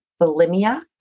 bulimia